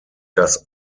das